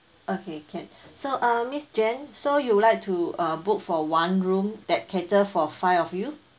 okay can so uh miss jane so you would like uh book for one room that cater for five of you